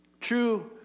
True